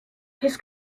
his